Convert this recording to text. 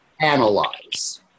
analyze